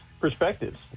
perspectives